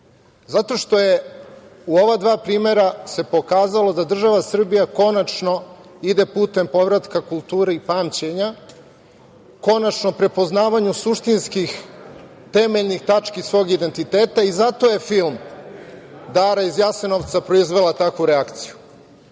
Zato što se u ova dva primera pokazalo da država Srbija, konačno ide putem povratka kulturi pamćenja, konačno prepoznavanju suštinskih, temeljnih tački svog identiteta i zato je film „Dara iz Jasenovca“ proizvela takvu reakciju,